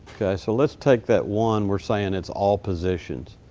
okay, so let's take that one. we're saying it's all positions.